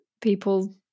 people